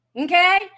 okay